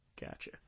Gotcha